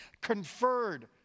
conferred